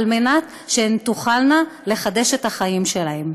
על מנת שהן תוכלנה לחדש את החיים שלהן.